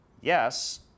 Yes